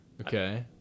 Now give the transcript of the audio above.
Okay